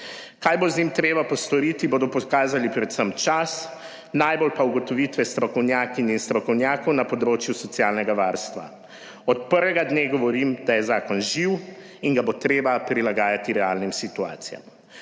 Kaj bo z njim treba postoriti, bodo pokazali predvsem čas, najbolj pa ugotovitve strokovnjakinj in strokovnjakov na področju socialnega varstva. Od prvega dne govorim, da je zakon živ in da bo treba prilagajati realnim situacijam.